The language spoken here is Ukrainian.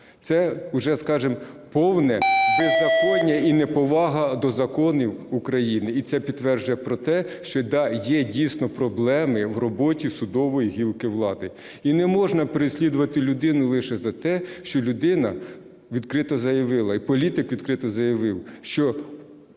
Це уже, скажемо, повне беззаконня і неповага до законів України. І це підтверджує про те, що, да, є дійсно проблеми в роботі судової гілки влади. І не можна переслідувати людину лише за те, що людина відкрито заявила і політик відкрито заявив, що